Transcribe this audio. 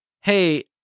hey